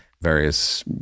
various